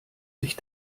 sich